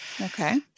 Okay